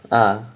啊